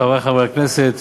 חברי חברי הכנסת,